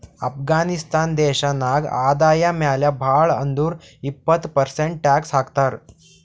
ಅಫ್ಘಾನಿಸ್ತಾನ್ ದೇಶ ನಾಗ್ ಆದಾಯ ಮ್ಯಾಲ ಭಾಳ್ ಅಂದುರ್ ಇಪ್ಪತ್ ಪರ್ಸೆಂಟ್ ಟ್ಯಾಕ್ಸ್ ಹಾಕ್ತರ್